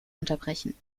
unterbrechen